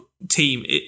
Team